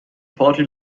party